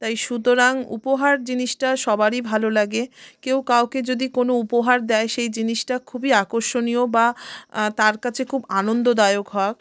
তাই সুতরাং উপহার জিনিসটা সবারই ভালো লাগে কেউ কাউকে যদি কোনও উপহার দেয় সেই জিনিসটা খুবই আকর্ষণীয় বা তার কাছে খুব আনন্দদায়ক হক